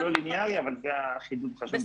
אז נכון שזה לא ליניארי אבל זה חידוד חשוב מבחינתי.